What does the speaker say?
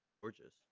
gorgeous